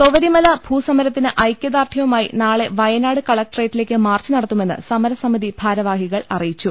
തൊവരിമല ഭൂസമരത്തിന് ഐക്യദാർഢ്യവുമായി നാളെ വയ നാട് കലക്ട്രേറ്റിലേക്ക് മാർച്ച് നടത്തുമെന്ന് സമരസമിതി ഭാരവാഹികൾ അറിയിച്ചു